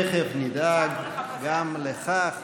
אנחנו תכף נדאג לכך